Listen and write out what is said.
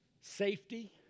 safety